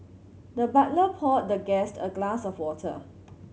the butler poured the guest a glass of water